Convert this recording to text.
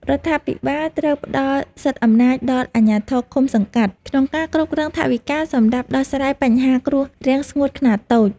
រដ្ឋាភិបាលត្រូវផ្តល់សិទ្ធិអំណាចដល់អាជ្ញាធរឃុំសង្កាត់ក្នុងការគ្រប់គ្រងថវិកាសម្រាប់ដោះស្រាយបញ្ហាគ្រោះរាំងស្ងួតខ្នាតតូច។